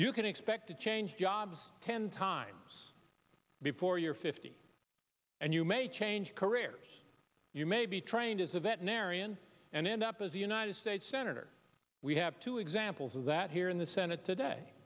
you can expect to change jobs ten times before you're fifty and you may change careers you may be trained as a veterinarian and end up as a united states senator we have two examples of that here in the senate today